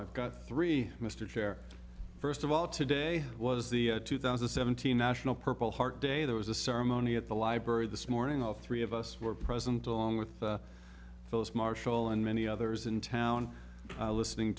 i've got three mr chair first of all today was the two thousand seven hundred national purple heart day there was a ceremony at the library this morning all three of us were present along with phyllis marshall and many others in town listening